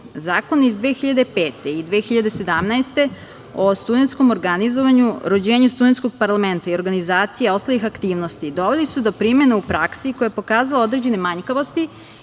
iz 2005. i 2017. godine o studentskom organizovanju, rođenju studentskog parlamenta i organizacija ostalih aktivnosti doveli su do primene u praksi koja je pokazala određene manjkavosti